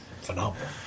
phenomenal